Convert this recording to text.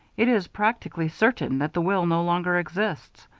it is practically certain that the will no longer exists.